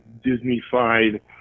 Disney-fied